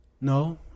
No